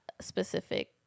specific